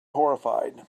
horrified